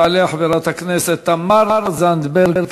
תעלה חברת הכנסת תמר זנדברג.